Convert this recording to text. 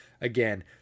again